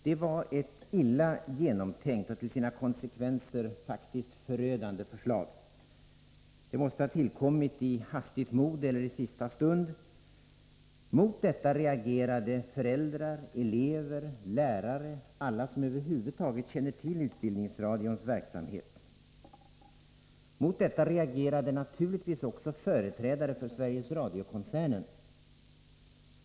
Det var ett illa genomtänkt och till sina konsekvenser förödande förslag. Det måste ha tillkommit i hastigt mod eller i sista stund. Mot detta reagerade föräldrar, elever, lärare — ja, alla som över huvud taget känner till utbildningsradions verksamhet. Mot detta reagerade naturligtvis också företrädare för Sveriges Radio-koncernen.